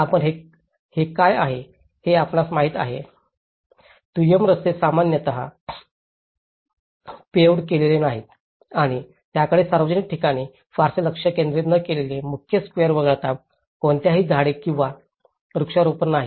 आणि हे काय आहे हे आपणास माहित आहे दुय्यम रस्ते सामान्यत पेव्हड केलेले नाहीत आणि त्यांच्याकडे सार्वजनिक ठिकाणी फारसे लक्ष केंद्रित न केलेले मुख्य स्वेअर वगळता कोणतीही झाडे किंवा वृक्षारोपण नाही